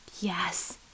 Yes